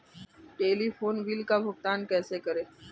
Telephone bill का भुगतान कैसे करें?